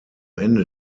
ende